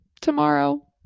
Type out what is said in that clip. Tomorrow